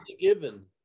given